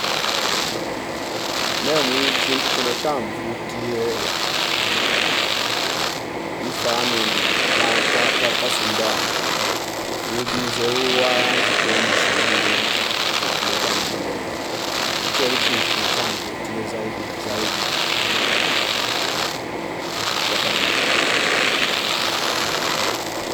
Numwi chindu chino ch mvutie mfano ni pa- pa- papawa Sumbawanga ubize uwaya ntukuombi shughuli za kuleta maendeleo chicho lichindu chino cha mvutie zaidi na zaidi ngata vivyo